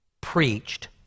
preached